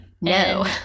No